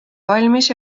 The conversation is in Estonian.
valmis